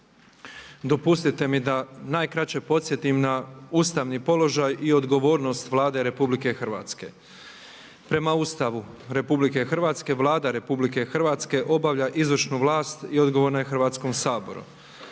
Dopustite mi da najkraće podsjetim na ustavni položaj i odgovornost Vlade Republike Hrvatske. Prema Ustavu Republike Hrvatske Vlada Republike Hrvatske obavlja izvršnu vlast i odgovorna je Hrvatskom saboru.